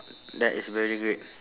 that is very great